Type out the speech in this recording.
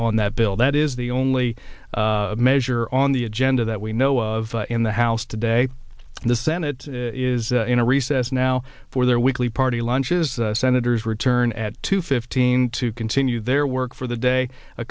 on that bill that is the only measure on the agenda that we know of in the house today and the senate is in a recess now for their weekly party lunches senators return at two fifteen to continue their work for the day a